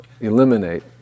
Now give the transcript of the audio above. eliminate